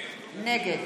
נגד